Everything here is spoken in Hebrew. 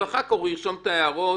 ואחר כך הוא ירשום את ההערות,